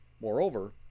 moreover